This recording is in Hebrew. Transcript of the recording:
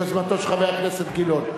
על יוזמתו של חבר הכנסת גילאון.